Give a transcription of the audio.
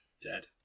Dead